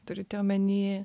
turite omeny